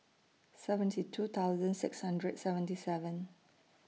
seventy two thousand six hundred seventy seven